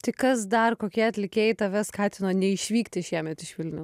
tai kas dar kokie atlikėjai tave skatino neišvykti šiemet iš vilniaus